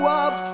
up